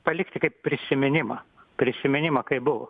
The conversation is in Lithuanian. palikti kaip prisiminimą prisiminimą kaip buvo